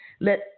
let